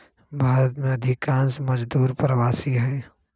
भारत में अधिकांश मजदूर प्रवासी हई